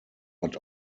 but